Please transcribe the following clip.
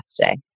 today